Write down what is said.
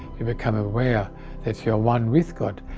you become aware that you are one with god,